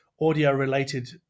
audio-related